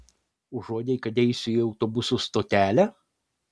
užuodei kad eisiu į autobusų stotelę